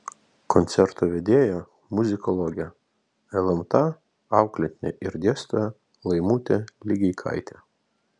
koncerto vedėja muzikologė lmta auklėtinė ir dėstytoja laimutė ligeikaitė